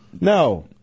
No